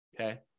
Okay